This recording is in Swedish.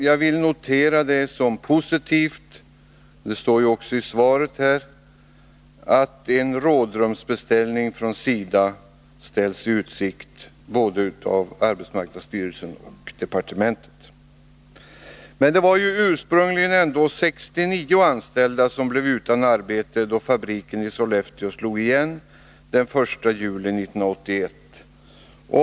Jag vill notera detta som positivt — det framhålls ju också i svaret att en rådrumsbeställning från SIDA ställs i utsikt av både arbetsmarknadsstyrelsen och departementet. Ursprungligen var det emellertid 69 anställda som blev utan arbete, då fabriken i Sollefteå slog igen den 1 juli 1981.